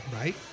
right